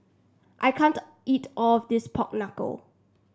I can't eat all of this Pork Knuckle